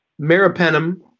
meropenem